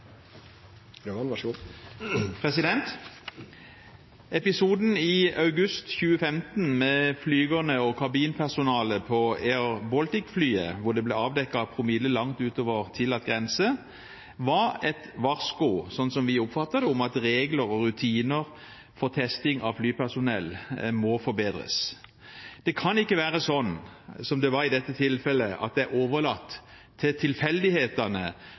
Episoden i august 2015 med flygerne og kabinpersonalet på Air Baltic-flyet, hvor det ble avdekket promille langt utover tillatt grense, var et varsku, slik som vi oppfatter det, om at regler og rutiner for testing av flypersonell må forbedres. Det kan ikke være sånn, som det var i dette tilfellet, at det er overlatt til tilfeldighetene